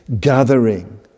gathering